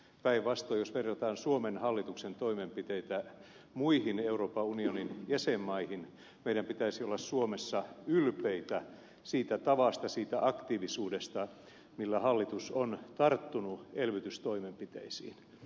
päinvastoin jos verrataan suomen hallituksen toimenpiteitä muihin euroopan unionin jäsenmaihin meidän pitäisi olla suomessa ylpeitä siitä tavasta siitä aktiivisuudesta millä hallitus on tarttunut elvytystoimenpiteisiin